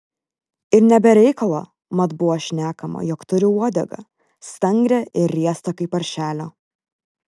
ir ne be reikalo mat buvo šnekama jog turi uodegą stangrią ir riestą kaip paršelio